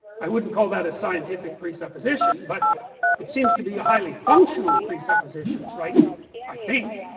i wouldn't call that a scientific presupposition, but it seems to be a highly functional presupposition, right i think,